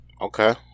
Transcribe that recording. Okay